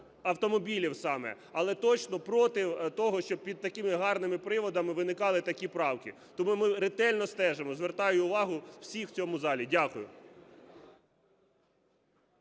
автомобілів саме, але точно – проти того, щоб такими гарними приводами виникали такі правки. Тому ми ретельно стежимо, звертаю увагу всіх в цьому залі. Дякую.